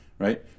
right